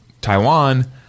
Taiwan